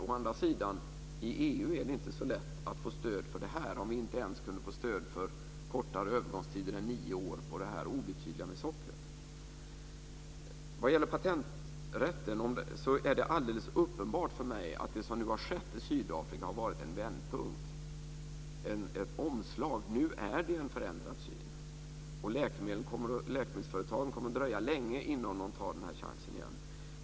Å andra sidan är det inte så lätt i EU att få stöd för det här om vi inte ens kunde få stöd för kortare övergångstid än nio år på det här obetydliga med sockret. Vad gäller patenträtten är det alldeles uppenbart för mig att det som nu har skett i Sydafrika har varit en vändpunkt, ett omslag. Nu är det en förändrad syn. Läkemedelsföretagen kommer att dröja länge innan de tar den här chansen igen.